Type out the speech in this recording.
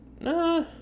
nah